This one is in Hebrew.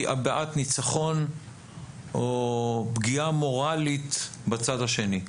הבעת ניצחון או פגיעה מורלית בצד השני.